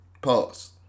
pause